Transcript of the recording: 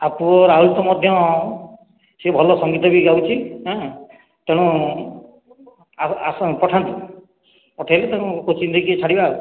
ଆଉ ପୁଅ ରାହୁଲ ତ ମଧ୍ୟ ସେ ଭଲ ସଂଗୀତ ବି ଗାଉଛି ହାଁ ତେଣୁ ଆସ ଆସନ୍ତୁ ପଠାନ୍ତୁ ପଠେଇଲେ ତାଙ୍କୁ କୋଚିଂ ଦେଇକି ଛାଡ଼ିବା ଆଉ